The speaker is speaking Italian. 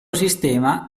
sistema